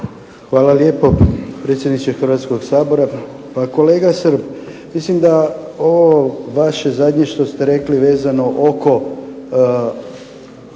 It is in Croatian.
Hvala lijepo, predsjedniče Hrvatskoga sabora. Pa kolega Srb, mislim da ovo vaše zadnje što ste rekli vezano oko